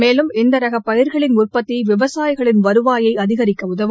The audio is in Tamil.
மேலும் இந்த ரக பயிாகளின் உற்பத்தி விவசாயிகளின் வருவாயை அதிகரிக்க உதவும்